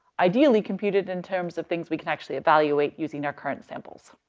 ideally computed in terms of things we can actually evaluate using our current samples.